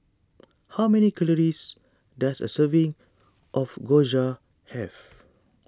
how many calories does a serving of Gyoza have